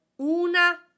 una